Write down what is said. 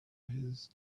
his